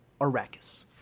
Arrakis